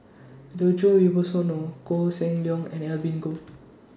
Djoko Wibisono Koh Seng Leong and Evelyn Goh